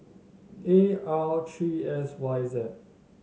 A R three S Y Z